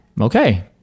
Okay